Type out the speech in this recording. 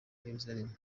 yeruzalemu